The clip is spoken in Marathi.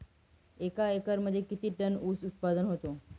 एका एकरमध्ये किती टन ऊस उत्पादन होतो?